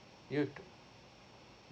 you too